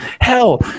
hell